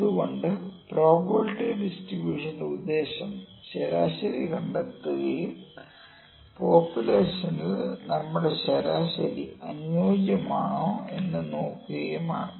അതുകൊണ്ട് പ്രോബബിലിറ്റി ഡിസ്ട്രിബ്യൂഷന്റെ ഉദ്ദേശ്യം ശരാശരി കണ്ടെത്തുകയും പോപുലേഷനിൽ നമ്മുടെ ശരാശരി അനുയോജ്യമാണോ എന്ന് നോക്കുകയുമാണ്